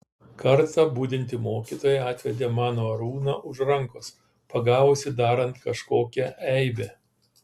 kartą budinti mokytoja atvedė mano arūną už rankos pagavusi darant kažkokią eibę